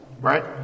Right